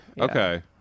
Okay